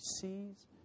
sees